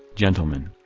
gentlemen.